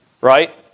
Right